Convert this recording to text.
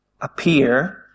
appear